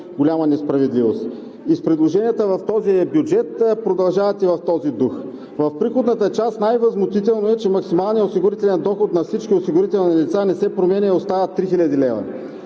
по-голяма несправедливост. С предложенията в бюджета продължавате в този дух. В приходната част най-възмутително е, че максималният осигурителен доход на всички осигурителни лица не се променя, а остава 3000 лв.